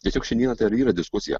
tiesiog šiandieną tai ir yra diskusija